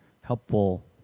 helpful